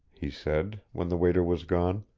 he said, when the waiter was gone.